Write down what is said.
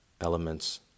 elements